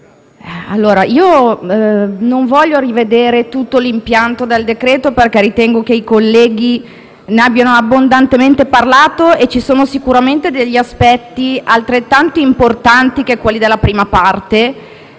io non voglio rivedere tutto l'impianto dal decreto-legge perché ritengo che i colleghi ne abbiano abbondantemente parlato e ci sono sicuramente degli aspetti altrettanto importanti rispetto alla prima parte.